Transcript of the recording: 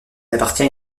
appartient